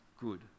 good